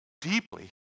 deeply